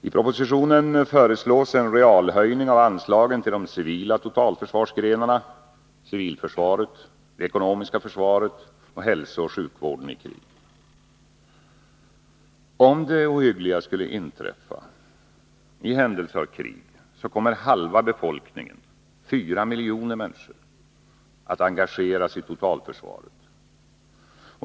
I propositionen föreslås en realhöjning av anslagen till de civila totalförsvarsgrenarna: civilförsvaret, det ekonomiska försvaret och hälsooch sjukvården i krig. Om det ohyggliga skulle inträffa — i händelse av krig — kommer halva befolkningen — fyra miljoner människor — att engageras i totalförsvaret.